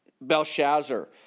Belshazzar